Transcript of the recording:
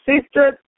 sister